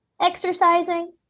exercising